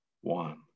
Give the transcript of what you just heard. one